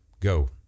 Go